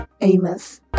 Amos